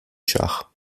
schach